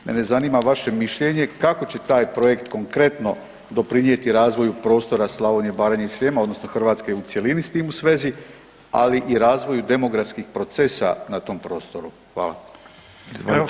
Mene zanima vaše mišljenje kako će taj projekt konkretno doprinijeti razvoju prostora Slavonije, Baranje i Srijema odnosno Hrvatske u cjelini, s tim u svezi ali i razvoju demografskih procesa na tom prostoru?